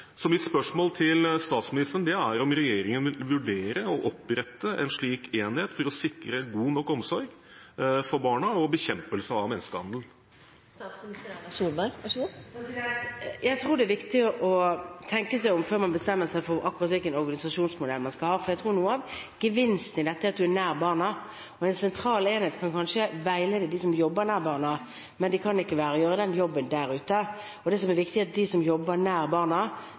Så mitt spørsmål til statsministeren er om regjeringen vil vurdere å opprette en slik enhet for å sikre god nok omsorg for barna og bekjempelse av menneskehandel. Jeg tror det viktig å tenke seg om før man bestemmer seg for akkurat hvilken organisasjonsmodell man skal ha, for jeg tror at noe av gevinsten ved dette er at man er nær barna, og en sentral enhet kan kanskje veilede de som jobber nær barna, men den kan ikke gjøre jobben der ute. Og det er viktig at de som jobber nær barna,